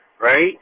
Right